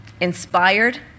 inspired